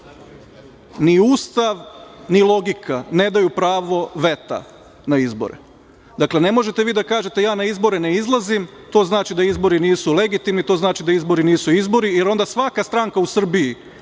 ni Ustav ni logika ne daju pravo veta na izbore. Dakle, n e možete vi da kažete – ja na izbore ne izlazim, to znači da izbori nisu legitimni, to znači da izbori nisu izbori, jer onda svaka stranka u Srbiji